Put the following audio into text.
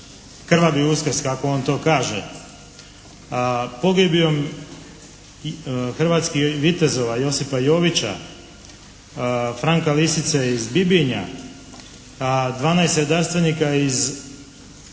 krvavi Uskrs kako on to kaže, a pogibijom i hrvatskih vitezova Josipa Jovića, Franka Visice iz Bibinja, 12 redarstvenika iz